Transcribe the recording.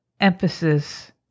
emphasis